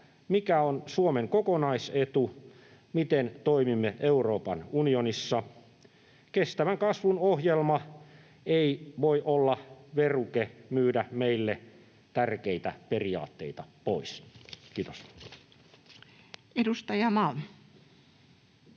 Mikä on Suomen kokonaisetu? Miten toimimme Euroopan unionissa? Kestävän kasvun ohjelma ei voi olla veruke myydä meille tärkeitä periaatteita pois. — Kiitos. [Speech 146]